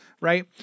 Right